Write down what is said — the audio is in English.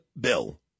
bill